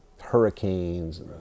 hurricanes